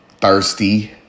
thirsty